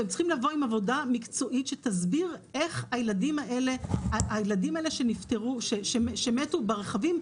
והם צריכים לבוא עם עבודה מקצועית שתסביר איך הילדים האלה שמתו ברכבים,